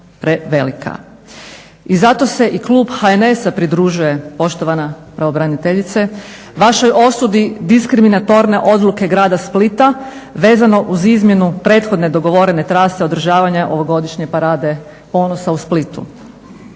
I zato se i klub HNS-a pridružuje, poštovana pravobraniteljice, vašoj osudi diskriminatorne odluke Grada Splita vezano uz izmjenu prethodne dogovorene trase održavanja ovogodišnje parade ponosa u Splitu